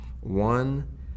One